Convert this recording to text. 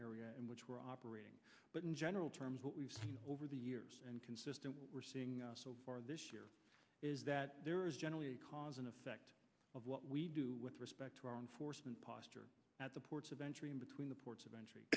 area in which we're operating but in general terms what we've seen over the years and consistent what we're seeing so far this year is that there is generally a cause and effect of what we do with respect to our enforcement posture at the ports of entry and between the ports of entry